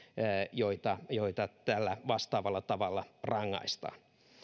joita joita tällä vastaavalla tavalla rangaistaan